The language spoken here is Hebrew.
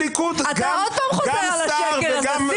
אתה שוב חוזר לשקר הזה.